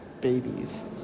babies